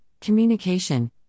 communication